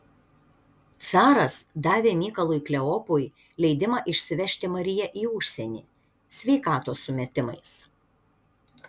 caras davė mykolui kleopui leidimą išsivežti mariją į užsienį sveikatos sumetimais